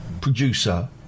producer